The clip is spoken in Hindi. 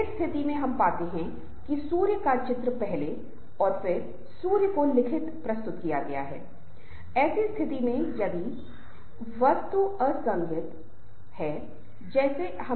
इसलिए उन्हें बहुत कुछ साझा करना होगा बहुत सी चीजें उन्हें जानकारी साझा करनी होंगी